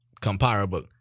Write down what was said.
comparable